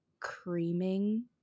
creaming